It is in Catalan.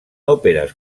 òperes